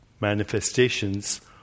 manifestations